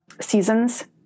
seasons